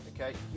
okay